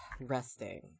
resting